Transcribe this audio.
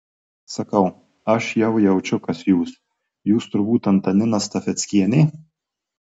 sakau aš jau jaučiu kas jūs jūs turbūt antanina stafeckienė